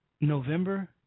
November